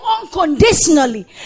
unconditionally